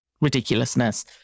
ridiculousness